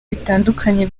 bitandukanye